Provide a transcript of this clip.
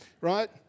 right